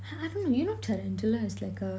I don't you know tarantula is like a